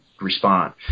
respond